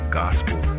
gospel